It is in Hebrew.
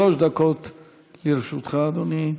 שלוש דקות לרשותך, אדוני.